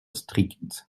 stricts